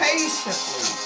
Patiently